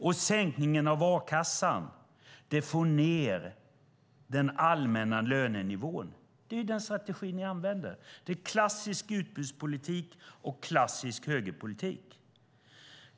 Sänkningen av a-kassan får ned den allmänna lönenivån. Det är den strategi som ni använder. Det är klassisk utbudspolitik och klassisk högerpolitik.